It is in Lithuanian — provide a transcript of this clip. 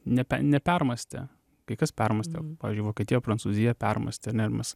nepe nepermąstė kai kas permąstė pavyzdžiui vokietija prancūzija permąstė ar ne mes